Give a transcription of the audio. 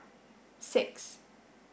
six